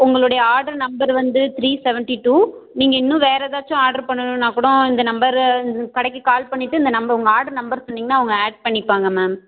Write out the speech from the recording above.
உங்களுடைய order number வந்து three seventy two நீங்கள் இன்னும் வேறு ஏதாச்சும் ஆர்டர் பண்ணணுன்னா கூடம் இந்த நம்பர் கடைக்கு கால் பண்ணிவிட்டு இந்த நம்பர் உங்கள் ஆர்டர் நம்பர் சொன்னீங்கன்னா அவங்க ஆட் பண்ணிப்பாங்க மேம்